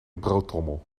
broodtrommel